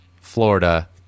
Florida